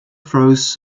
flows